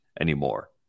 anymore